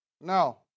No